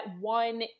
one